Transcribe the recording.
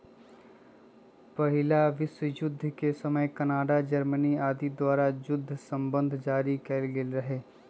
पहिल विश्वजुद्ध के समय कनाडा, जर्मनी आदि द्वारा जुद्ध बन्धन जारि कएल गेल रहै